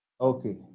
Okay